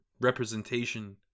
representation